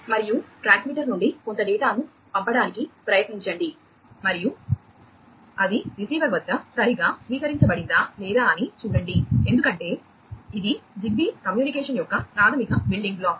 మరియు ట్రాన్స్మిటర్ నుండి కొంత డేటాను పంపడానికి ప్రయత్నించండి మరియు అది రిసీవర్ వద్ద సరిగ్గా స్వీకరించబడిందా లేదా అని చూడండి ఎందుకంటే ఇది జిగ్బీ కమ్యూనికేషన్ యొక్క ప్రాథమిక బిల్డింగ్ బ్లాక్